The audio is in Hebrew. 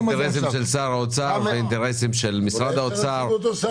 האינטרסים של שר האוצר ושל משרד האוצר.